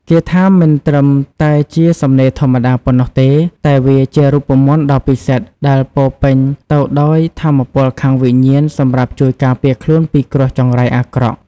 គាថាមិនត្រឹមតែជាសំណេរធម្មតាប៉ុណ្ណោះទេ តែវាជារូបមន្តដ៏ពិសិដ្ឋដែលពោរពេញទៅដោយថាមពលខាងវិញ្ញាណសម្រាប់ជួយការពារខ្លួនពីគ្រោះចង្រៃអាក្រក់។